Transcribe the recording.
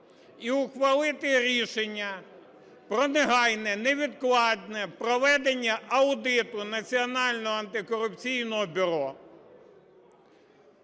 і ухвалити рішення про негайне невідкладне проведення аудиту Національного антикорупційного бюро.